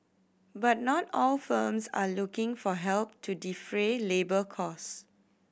but not all firms are looking for help to defray labour cost